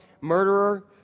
Murderer